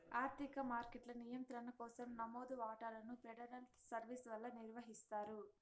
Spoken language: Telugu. ఆర్థిక మార్కెట్ల నియంత్రణ కోసరం నమోదు వాటాలను ఫెడరల్ సర్వీస్ వల్ల నిర్వహిస్తారు